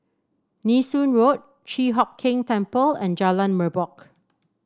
Nee Soon Road Chi Hock Keng Temple and Jalan Merbok